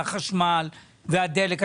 והחשמל והדלק.